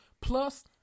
Plus